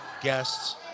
guests